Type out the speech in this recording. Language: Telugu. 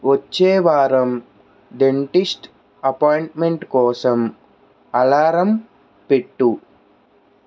వచ్చే వారం డెంటిస్ట్ అపాయింట్మెంట్ కోసం అలారం పెట్టుము